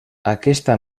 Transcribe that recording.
aquesta